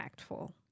impactful